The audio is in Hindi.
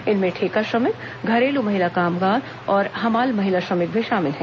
इसमें ठेका श्रमिक घरेलू महिला कामगार और हमाल महिला श्रमिक भी शामिल हैं